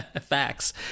Facts